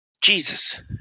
jesus